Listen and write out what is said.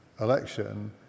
election